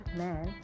man